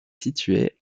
située